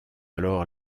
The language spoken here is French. alors